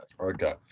Okay